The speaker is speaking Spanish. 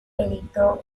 editó